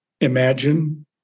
imagine